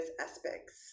aspects